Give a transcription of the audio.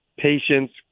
patients